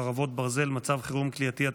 חרבות ברזל) (מצב חירום כליאתי),